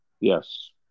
yes